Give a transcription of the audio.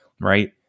right